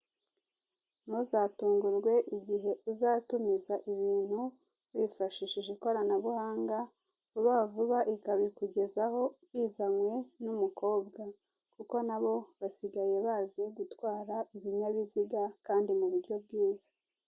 Ntuzatungurwe igihe uzatumiza ibintu wifashishije ikoranabuhanga, vubavuba ikabikugezaho bizanywe n'umukobwa kuko nabo basigaye bazi gutwara ibinyabiziga kandi mu buryo bwiza.